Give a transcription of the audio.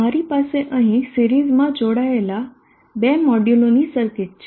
મારી પાસે અહીં સિરીઝમાં જોડાયેલા બે મોડ્યુલોની સર્કિટ છે